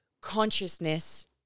consciousness